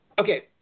Okay